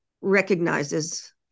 recognizes